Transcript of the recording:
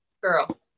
Girl